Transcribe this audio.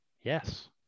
Yes